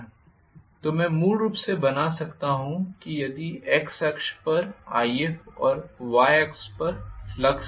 तो मैं मूल रूप से बना सकता हूं यदि x अक्ष पर If और y अक्ष पर फ्लक्स